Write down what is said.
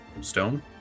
stone